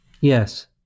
Yes